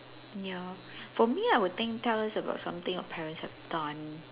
ya for me I will think tell us about something your parents have done